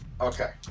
Okay